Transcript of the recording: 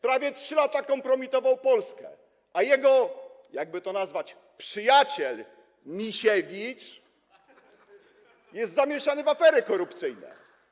Prawie 3 lata kompromitował Polskę, a jego, jak by to nazwać, przyjaciel Misiewicz jest [[Wesołość na sali]] zamieszany w afery korupcyjne.